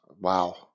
Wow